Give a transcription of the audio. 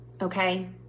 Okay